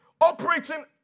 operating